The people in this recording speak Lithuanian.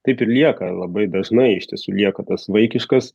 taip ir lieka labai dažnai iš tiesų lieka tas vaikiškas